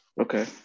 Okay